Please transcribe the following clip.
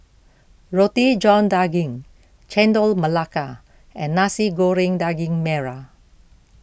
Roti John Daging Chendol Melaka and Nasi Goreng Daging Merah